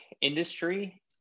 industry